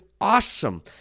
awesome